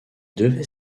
devait